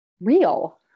real